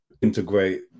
integrate